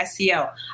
SEO